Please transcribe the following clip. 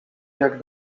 jak